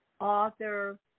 author